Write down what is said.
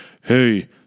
hey